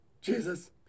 Jesus